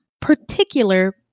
particular